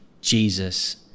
Jesus